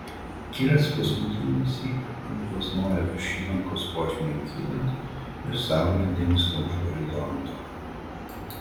kiras paskutinįsyk nuplasnoja virš įlankos potvyniui kylant ir saulė dingsta už horizonto